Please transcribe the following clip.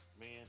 man